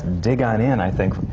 dig on in, i think.